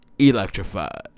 Electrified